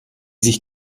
sich